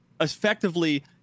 effectively